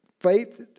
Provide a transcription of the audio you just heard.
faith